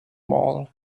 mall